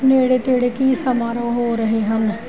ਨੇੜੇ ਤੇੜੇ ਕੀ ਸਮਾਰੋਹ ਹੋ ਰਹੇ ਹਨ